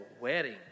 wedding